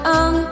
on